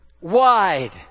wide